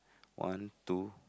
one two